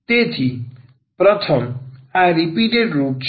તેથી પ્રથમ આ રીપીટેટ રુટ કેસ